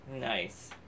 Nice